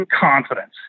confidence